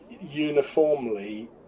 uniformly